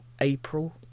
April